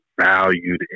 valued